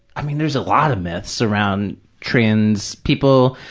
i mean, there's a lot of myths around trans people.